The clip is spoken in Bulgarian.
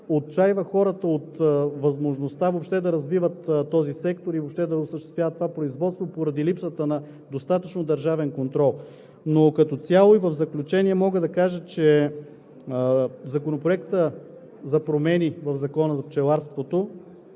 отчайва хората от възможността въобще да развиват този сектор и да осъществяват това производство поради липсата на достатъчно държавен контрол. Като цяло в заключение мога да кажа, че промените в Закона за пчеларството,